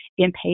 inpatient